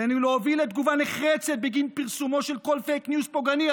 עלינו להוביל לתגובה נחרצת בגין פרסומו של כל פייק ניוז פוגעני,